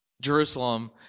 Jerusalem